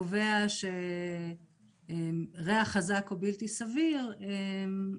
קובע שריח חזק או בלתי סביר יכול